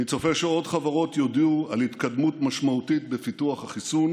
אני צופה שעוד חברות יודיעו על התקדמות משמעותית בפיתוח החיסון,